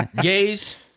gays